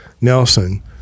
Nelson